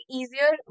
easier